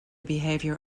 behavior